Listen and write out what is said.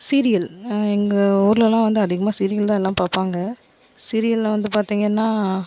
serial எங்கள் ஊர்லலாம் வந்து அதிகமாக சீரியல் தான் எல்லாம் பார்ப்பாங்க சீரியலில் வந்து பார்த்தீங்கன்னா